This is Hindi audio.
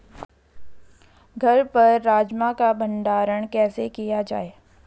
घर पर राजमा का भण्डारण कैसे किया जाय?